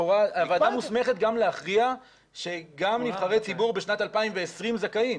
לכאורה הוועדה מוסמכת גם להכריע שגם נבחרי ציבור בשנת 2020 זכאים,